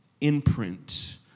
imprint